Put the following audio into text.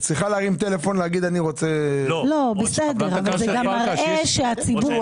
זה גם מראה שהציבור